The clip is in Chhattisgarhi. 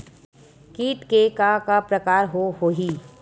कीट के का का प्रकार हो होही?